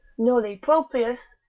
nulli proprius,